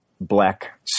black